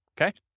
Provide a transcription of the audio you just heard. Okay